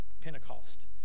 Pentecost